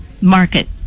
market